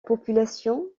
population